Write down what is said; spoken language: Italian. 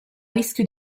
rischio